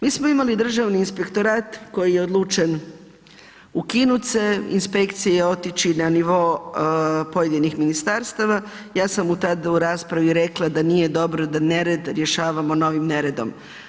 Mi smo imali Državni inspektorat koji je odlučen ukinut se, inspekcije otići na nivo pojedinih ministarstava, ja sam tad u raspravi rekla da nije dobro da nered rješavamo novim neredom.